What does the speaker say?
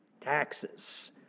taxes